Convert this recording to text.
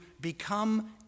become